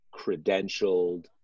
credentialed